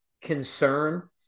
concern